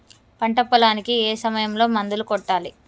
పంట పొలానికి ఏ సమయంలో మందులు కొట్టాలి?